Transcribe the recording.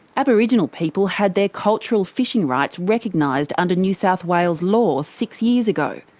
aboriginal people had their cultural fishing rights recognised under new south wales law six years ago.